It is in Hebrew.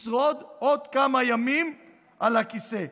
לשרוד עוד כמה ימים על הכיסא.